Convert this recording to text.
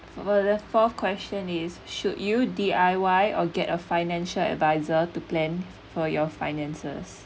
for the fourth question is should you D_I_Y or get a financial adviser to plan for your finances